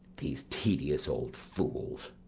these tedious old fools!